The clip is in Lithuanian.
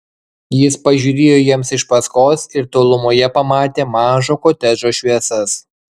jis pažiūrėjo jiems iš paskos ir tolumoje pamatė mažo kotedžo šviesas